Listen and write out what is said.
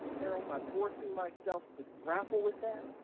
carol, by forcing myself to grapple with that,